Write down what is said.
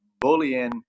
bullying